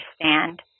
understand